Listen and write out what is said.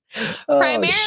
primarily